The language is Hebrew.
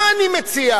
מה אני מציע?